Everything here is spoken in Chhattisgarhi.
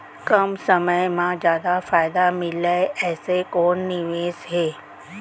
कम समय मा जादा फायदा मिलए ऐसे कोन निवेश हे?